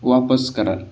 वापस कराल